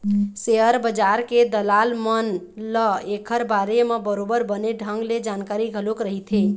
share बजार के दलाल मन ल ऐखर बारे म बरोबर बने ढंग के जानकारी घलोक रहिथे